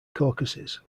caucuses